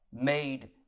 made